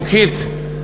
חוקית,